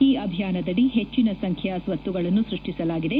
ಈ ಅಭಿಯಾನದದಿ ಹೆಚ್ಚಿನ ಸಂಖ್ಯೆಯ ಸ್ಸತ್ತುಗಳನ್ನು ಸ್ಪಷ್ಟಿಸಲಾಗಿದೆ